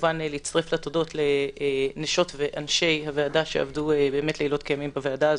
כמובן להצטרף לתודות לנשות ואנשי הוועדה שעבדו לילות כימים בוועדה הזאת.